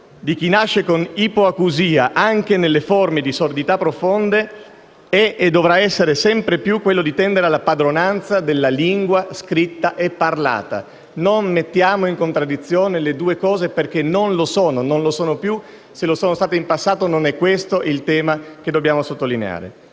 di chi nasce con ipoacusia, anche nelle forme di sordità profonde, è e dovrà essere sempre più quello di tendere alla padronanza della lingua scritta e parlata. Non mettiamo in contraddizione le due cose perché non lo sono. Se lo sono state in passato non è questo il tema che dobbiamo sottolineare.